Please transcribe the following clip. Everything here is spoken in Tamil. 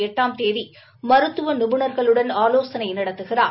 எட்டாம் தேதி மருததுவ நிபுணர்களுடன் ஆலோசனை நடத்துகிறார்